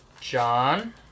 John